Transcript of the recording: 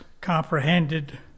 comprehended